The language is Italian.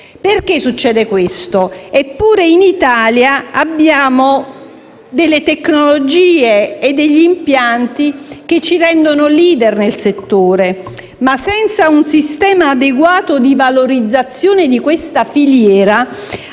Perché succede questo? Eppure in Italia abbiamo delle tecnologie e degli impianti che ci rendono *leader* nel settore, ma, senza un sistema adeguato di valorizzazione di questa filiera,